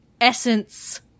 Essence